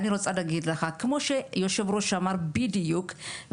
כמו שיו"ר אמר בדיוק.